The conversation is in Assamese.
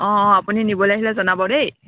অঁ অঁ আপুনি নিবলৈ আহিলে জনাব দেই